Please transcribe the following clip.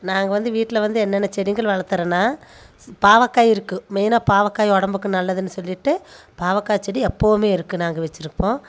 நாங்கள் வந்து வீட்டில் வந்து என்னென்ன செடிகள் வளர்த்தரனா பாவக்காய் இருக்குது மெயினாக பாவக்காய் உடம்புக்கு நல்லதுனு சொல்லிகிட்டு பாவக்காய் செடி எப்போவும் இருக்குது நாங்கள் வச்சுருக்கோம்